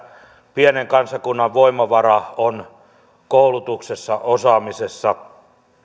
pienen kansakunnan voimavara on koulutuksessa osaamisessa